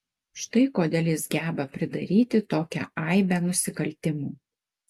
štai kodėl jis ir geba pridaryti tokią aibę nusikaltimų